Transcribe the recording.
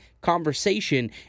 conversation